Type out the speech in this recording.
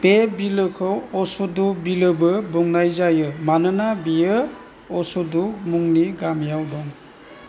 बे बिलोखौ असुदु बिलोबो बुंनाय जायो मानोना बेयो असुदु मुंनि गामियाव दं